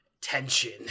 tension